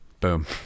boom